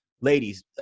ladies